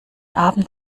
abend